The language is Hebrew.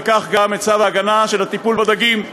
וכך גם את צו ההגנה (טיפול בדגים);